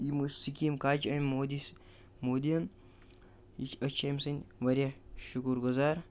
یِمو سِکیٖم کچہِ اَمہِ مودی مودیَن یہِ چھِ أسۍ چھِ أمۍ سٕنٛدۍ واریاہ شُکُر گُزار